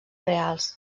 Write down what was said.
reals